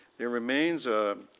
yeah remains a,